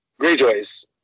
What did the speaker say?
Greyjoys